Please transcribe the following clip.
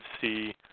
see